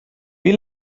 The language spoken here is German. wie